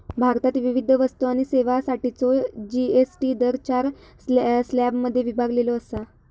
भारतात विविध वस्तू आणि सेवांसाठीचो जी.एस.टी दर चार स्लॅबमध्ये विभागलेलो असा